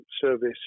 service